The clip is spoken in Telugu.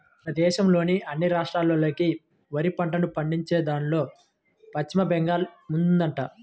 మన దేశంలోని అన్ని రాష్ట్రాల్లోకి వరి పంటను పండించేదాన్లో పశ్చిమ బెంగాల్ ముందుందంట